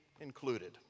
included